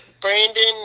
Brandon